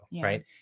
right